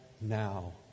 now